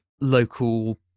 local